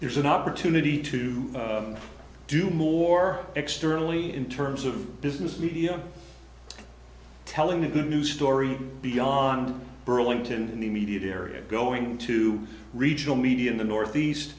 there's an opportunity to do more externally in terms of business media telling a good news story beyond burlington in the immediate area going to regional media in the northeast